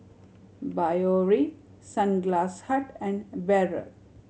Biore Sunglass Hut and Barrel